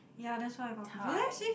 ya that's why I got confused there see